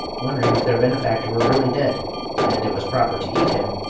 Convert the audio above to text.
wondering if their benefactor were really dead and it was proper to eat him.